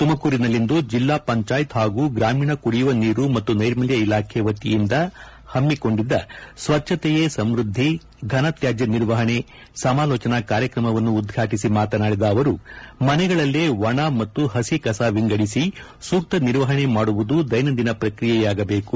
ತುಮಕೂರಿನಲ್ಲಿಂದು ಜಿಲ್ಲಾ ಪಂಚಾಯತ್ ಹಾಗೂ ಗ್ರಮೀಣ ಕುಡಿಯುವ ನೀರು ಮತ್ತು ನೈರ್ಮಲ್ಯ ಇಲಾಖೆ ವತಿಯಿಂದ ಹಮ್ಮಿಕೊಂಡಿದ್ದ ಸ್ವಚ್ಯತೆಯೇ ಸಮೃದ್ಧಿ ಕಾರ್ಯಕ್ರಮವನ್ನು ಉದ್ಘಾಟಿಸಿ ಮಾತನಾಡಿದ ಅವರು ಮನೆಗಳಲ್ಲೇ ಒಣ ಮತ್ತು ಪಸಿ ಕಸ ವಿಂಗಡಿಸಿ ಸೂಕ್ತ ನಿರ್ವಹಣೆ ಮಾಡುವುದು ದೈನಂದಿನ ಪ್ರಕ್ರಿಯೆಯಾಗಬೇಕು